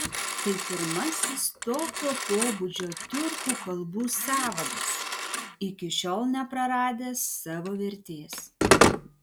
tai pirmasis tokio pobūdžio tiurkų kalbų sąvadas iki šiol nepraradęs savo vertės